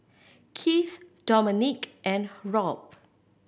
Kieth Dominque and Rob